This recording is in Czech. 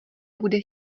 bude